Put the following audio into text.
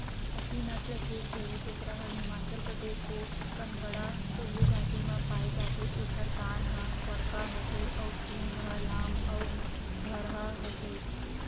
गद्दी नसल के छेरी बोकरा ह हिमाचल परदेस के कांगडा कुल्लू घाटी म पाए जाथे एखर कान ह बड़का होथे अउ सींग ह लाम अउ धरहा होथे